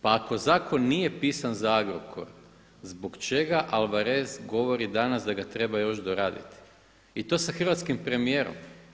Pa ako zakon nije pisan za Agrokor zbog čega Alvarez govori danas da ga treba još doraditi i to sa hrvatskim premijerom.